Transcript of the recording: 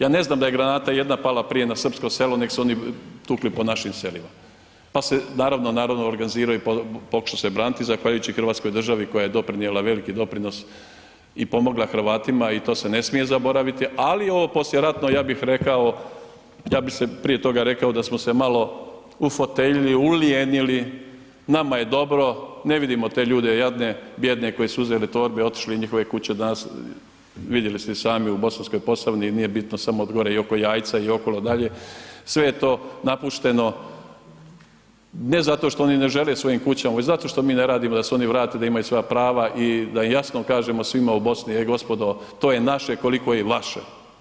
Ja ne znam daj e granata jedna pala prije na srpsko selo nego su oni tukli po našim selima pa se naravno narod organizirao i pokušao se braniti zahvaljujući hrvatskoj državi koja je doprinijela veliki doprinos i pomogla Hrvatima i to se ne smije zaboraviti ali ovo poslijeratno, ja bih rekao, ja bi prije toga rekao da smo se malo ufoteljili, ulijenili, nama je dobro, ne vidimo te ljude jadne, bijedne koji su uzeli torbe i otišli, njihove kuće danas, visjeli ste i sami u Bosanskoj Posavini, nije bitno samo gore, i oko Jajce i okolo dalje, sve je to napušteno, ne zato što oni ne žele svojim kućama već zato što mi ne radimo da se oni vrate, da imaju svoja prava i da im jasno kažemo svima u BiH-u, ej gospodo to je naše koliko je i vaše.